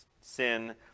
sin